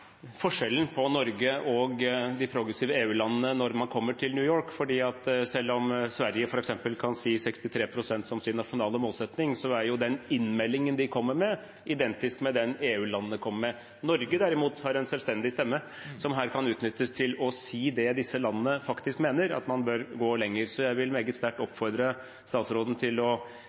forskjellen på Norge og de progressive EU-landene når man kommer til New York, for selv om f.eks. Sverige kan ha 63 pst. som sin nasjonale målsetting, er innmeldingen de kommer med, identisk med den som EU-landene kommer med. Norge har derimot en selvstendig stemme som her kan utnyttes til å si det som disse landene faktisk mener, at man bør gå lenger. Jeg vil meget sterkt oppfordre statsråden til å